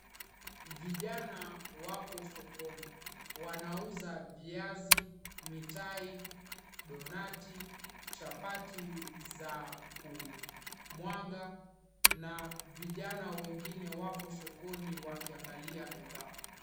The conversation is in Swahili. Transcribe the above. Vijana wapo sokoni wanauza viazi, mitai, donati, chapati za kumwaga na vijana wengine wapo sokoni wakiangalia bidhaa.